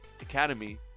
Academy